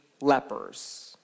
lepers